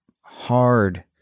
hard